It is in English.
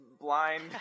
blind